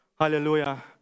Hallelujah